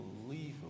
unbelievable